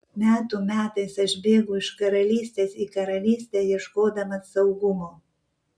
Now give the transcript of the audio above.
metų metais aš bėgau iš karalystės į karalystę ieškodamas saugumo